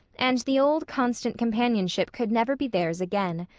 and the old constant companionship could never be theirs again.